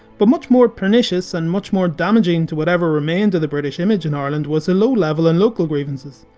but much more pernicious, and much more damaging to whatever remained of the british image in ireland, was the low level and local grievances.